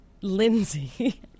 Lindsay